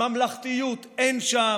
ממלכתיות אין שם.